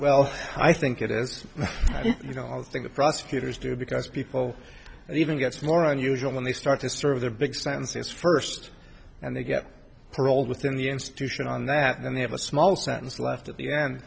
well i think it is you know i think the prosecutors do because people even gets more unusual when they start to serve the big sentences first and they get paroled within the institution on that and they have a small sentence left at the end